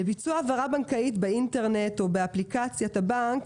לביצוע העברה בנקאית באינטרנט או באפליקציית הבנק,